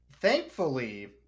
thankfully